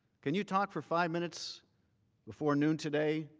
can you talk for five minutes before noon today?